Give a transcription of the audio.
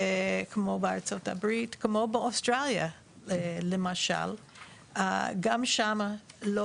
וכמו בארצות הברית ובאוסטרליה למשל גם שם לא